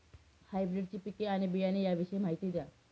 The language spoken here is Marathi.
हायब्रिडची पिके आणि बियाणे याविषयी माहिती द्या